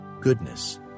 goodness